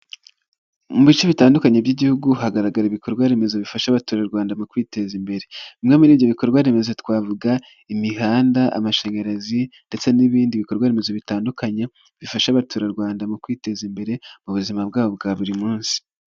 Mu bice bitandukanye by'Igihugu hagaragara ibikorwaremezo bifasha abaturarwanda mu kwiteza imbere, bimwe muri ibyo bikorwa remezo twavuga: imihanda' amashanyarazi ndetse n'ibindi bikorwa remezo bitandukanye bifasha abaturarwanda mu kwiteza imbere mu buzima bwabo bwa buri munsi.